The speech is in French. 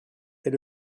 est